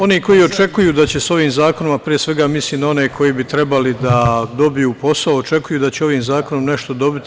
Oni koji očekuju da će sa ovim zakonima, pre svega mislim na one koji bi trebalo da dobiju posao, očekuju da će ovim zakonom nešto dobiti.